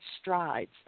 strides